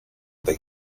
they